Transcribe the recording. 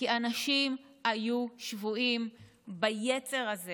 כי אנשים היו שבויים ביצר הזה